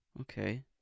okay